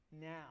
Now